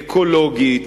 אקולוגית,